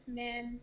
men